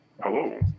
Hello